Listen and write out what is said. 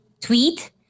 tweet